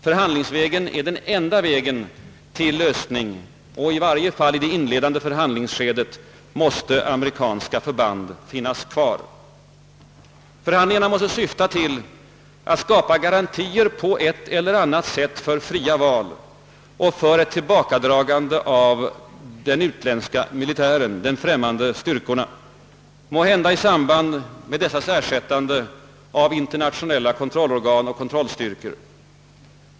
Förhandlingsvägen är den enda väg till lösning, och i varje fall i det inledande förhandlingsskedet måste amerikanska förband finnas kvar. Förhandlingarna måste syfta till att skapa garantier på ett eller annat sätt för fria val och för ett tillbakadragande av de främmande militära styrkorna, måhända i samband med dessas ersättande av internationella kontrollorgan och kontrollstyrkor.